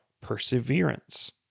perseverance